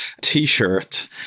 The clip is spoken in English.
T-shirt